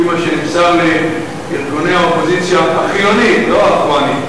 על-פי מה שנמסר לי, ארגוני האופוזיציה, החילונית,